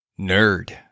Nerd